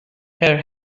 her